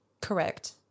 Correct